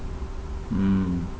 mm